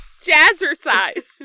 Jazzercise